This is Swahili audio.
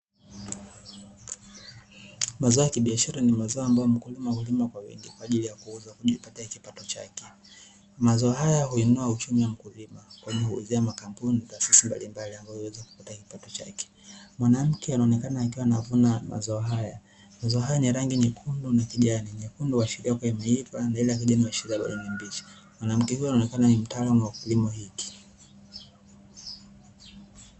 Mazao ya kibiashara ni mazao ambayo mkulima hulima kwa wingi kwa ajili ya kuuza kujipatia kipato chake, mazao haya huinua uchumi wa mkulima kwani huuzia makampuni na taasisi mbalimbali ambayo huweza kupata kipato chake, mwanamke anaonekana akiwa anavuna mazao haya, mazao haya ni ya rangi ya nyekundu na kijani, nyekundu huashiria kuwa imeiva na ile kijani inashiria bado ni mbichi, mwanamke huyu anaonekana ni mtaalamu wa kilimo hiki.